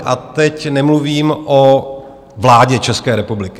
A teď nemluvím o vládě České republiky.